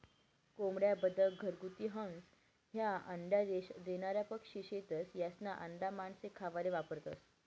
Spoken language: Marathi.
कोंबड्या, बदक, घरगुती हंस, ह्या अंडा देनारा पक्शी शेतस, यास्ना आंडा मानशे खावाले वापरतंस